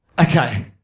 Okay